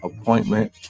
appointment